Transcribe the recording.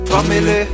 Family